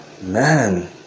man